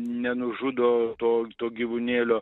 nenužudo to gyvūnėlio